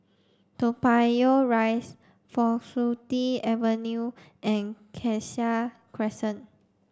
Toa Payoh Rise Faculty Avenue and Cassia Crescent